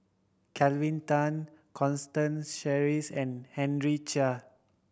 Kelvin Tan Constance Sheares and Henry Chia